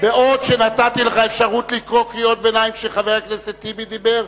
נתתי לך אפשרות לקרוא קריאות ביניים כשחבר הכנסת טיבי דיבר,